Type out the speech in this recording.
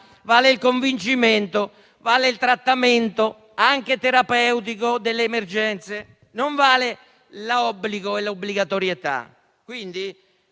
il convincimento e il trattamento anche terapeutico delle emergenze e non vale l'obbligatorietà. Quindi,